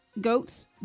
goats